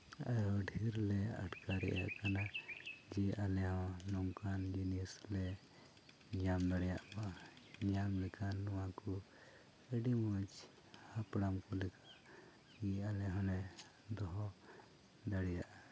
ᱩᱭᱦᱟᱹᱨ ᱞᱮ ᱟᱴᱠᱟᱨᱮᱫ ᱠᱟᱱᱟ ᱡᱮ ᱟᱞᱮ ᱦᱚᱸ ᱱᱚᱝᱠᱟᱱ ᱡᱤᱱᱤᱥ ᱞᱮ ᱧᱟᱢ ᱫᱟᱲᱮᱭᱟᱜ ᱢᱟ ᱧᱟᱢ ᱞᱮᱠᱷᱟᱱ ᱱᱚᱣᱟ ᱠᱚ ᱟᱹᱰᱤ ᱢᱚᱡᱽ ᱦᱟᱯᱲᱟᱢ ᱠᱚ ᱞᱮᱠᱟ ᱟᱞᱮ ᱦᱚᱸᱞᱮ ᱫᱚᱦᱚ ᱫᱟᱲᱮᱭᱟᱜᱼᱟ